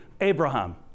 Abraham